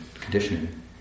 conditioning